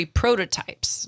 prototypes